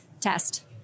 test